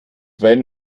wenn